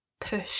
push